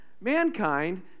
mankind